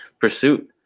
pursuit